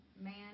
Man